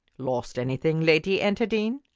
lost anything, lady enterdean?